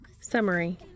Summary